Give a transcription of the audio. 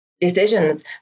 decisions